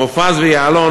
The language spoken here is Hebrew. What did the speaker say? מופז ויעלון,